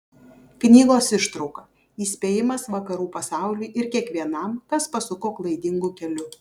knygos ištrauka įspėjimas vakarų pasauliui ir kiekvienam kas pasuko klaidingu keliu